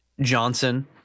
johnson